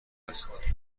است